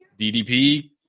ddp